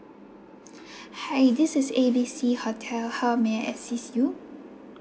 hi this is A B C hotel how may I assist you